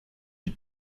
vie